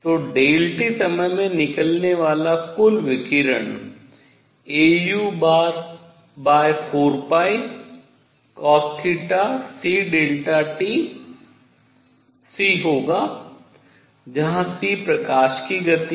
तो Δt समय में निकलने वाला कुल विकिरण au4cosθcΔt c होगा जहाँ c प्रकाश की गति है